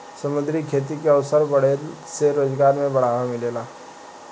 समुंद्री खेती के अवसर बाढ़ला से रोजगार में बढ़ावा मिलेला